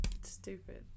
stupid